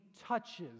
touches